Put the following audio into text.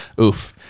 oof